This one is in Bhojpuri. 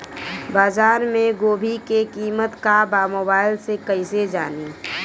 बाजार में गोभी के कीमत का बा मोबाइल से कइसे जानी?